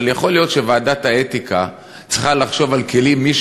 אבל יכול להיות שוועדת האתיקה צריכה לחשוב על כלים אחרים,